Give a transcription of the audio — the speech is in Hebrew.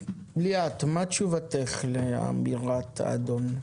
רינת, מה תשובתך לאמירת האדון?